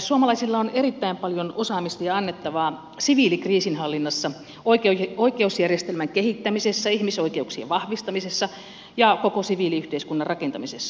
suomalaisilla on erittäin paljon osaamista ja annettavaa siviilikriisinhallinnassa oikeusjärjestelmän kehittämisessä ihmisoikeuksien vahvistamisessa ja koko siviiliyhteiskunnan rakentamisessa